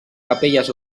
capelles